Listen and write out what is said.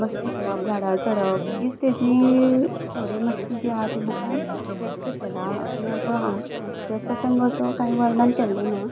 मस्ती करप झाडार चडप हीच तेजी थोडी मस्ती जी आसा ती बुकान व्यक्त केला आनी तसो हास्य प्रसंग असो कांय वर्णन केल्लो ना